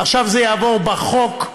עכשיו זה יעבור בחוק,